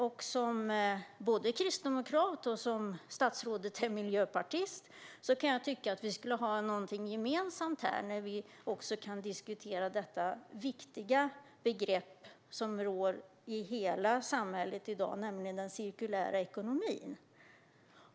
Jag är kristdemokrat och statsrådet är miljöpartist, och jag kan tycka att vi skulle ha något gemensamt när vi diskuterar det viktiga begrepp som finns i hela samhället i dag, nämligen den cirkulära ekonomin.